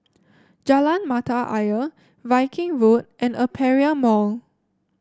Jalan Mata Ayer Viking Road and Aperia Mall